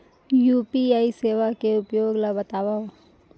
UPI सेवा के उपयोग ल बतावव?